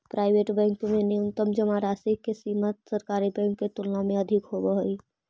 private bank में न्यूनतम जमा राशि के सीमा सरकारी बैंक के तुलना में अधिक होवऽ हइ